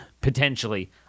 potentially